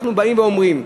אנחנו באים ואומרים,